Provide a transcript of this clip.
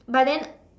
but then